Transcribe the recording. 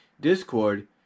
Discord